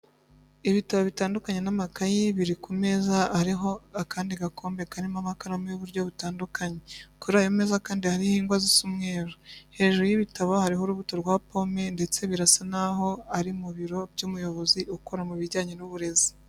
Ibitabo bitanduaknye n'amakayi biri ku meza ariho akandi gakombe karimo amakaramu y'uburyo butandukanye. Kuri ayo meza kandi hariho ingwa zisa umweru. Hejuru y'ibitabo hariho urubuto rwa pome ndetse birasa n'aho ari mu biro by'umuyobozi ukora mu bijyanye n'uburezi.